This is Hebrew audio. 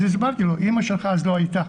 אז הסברתי לו 'אמא שלך אז לא הייתה,